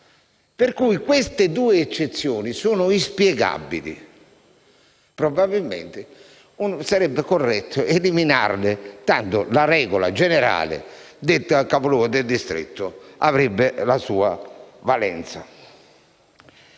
Trapani? Queste due eccezioni sono inspiegabili. Probabilmente sarebbe corretto eliminarle, tanto la regola generale del capoluogo del distretto avrebbe la sua valenza.